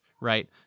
right